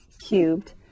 cubed